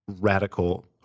radical